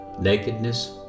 nakedness